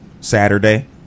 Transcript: Saturday